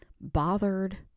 bothered